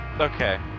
Okay